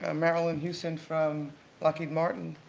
ah marilyn houston from lockheed martin,